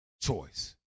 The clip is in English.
choice